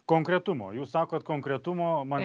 konkretumo jūs sakot konkretumo na